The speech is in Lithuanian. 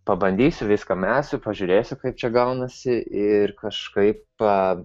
pabandysiu viską mesiu pažiūrėsiu kaip čia gaunasi ir kažkaip